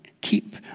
keep